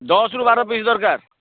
ଦଶ ରୁ ବାର ପିସ୍ ଦରକାର